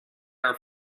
are